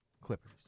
Clippers